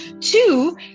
Two